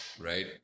right